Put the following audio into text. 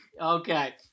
Okay